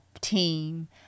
team